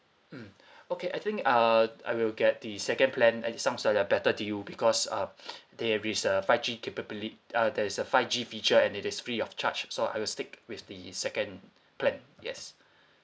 mm okay I think uh I will get the second plan at least sounds like a better deal because um there is uh five G capabili~ uh there's a five G feature and it is free of charge so I will stick with the second plan yes